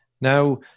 Now